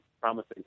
promising